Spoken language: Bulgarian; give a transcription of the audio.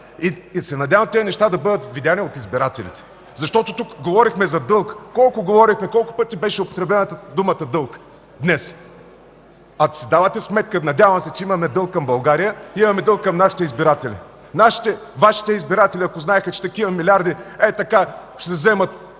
и се надявам тези неща да бъдат видени от избирателите. Тук говорихме за дълг. Колко говорихме, колко пъти беше употребена думата „дълг” днес? Ако си давате сметка, надявам се, че имаме дълг към България, имаме дълг към нашите избиратели. Ако Вашите избиратели знаеха, че такива милиарди ей така ще се вземат,